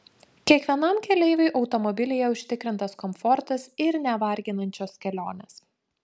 kiekvienam keleiviui automobilyje užtikrintas komfortas ir nevarginančios kelionės